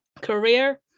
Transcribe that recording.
career